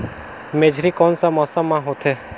मेझरी कोन सा मौसम मां होथे?